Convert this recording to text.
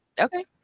Okay